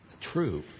true